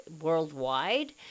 worldwide